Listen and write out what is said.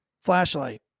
flashlight